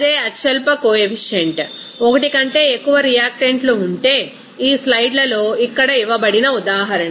అదే అత్యల్ప కొఎఫిషియంట్ ఒకటి కంటే ఎక్కువ రియాక్టెంట్లు ఉంటే ఈ స్లైడ్లలో ఇక్కడ ఇవ్వబడిన ఉదాహరణ